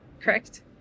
Correct